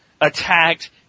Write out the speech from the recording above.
attacked